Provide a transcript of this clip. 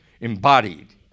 embodied